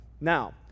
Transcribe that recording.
Now